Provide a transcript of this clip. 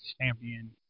champion